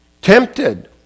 Tempted